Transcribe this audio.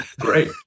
Great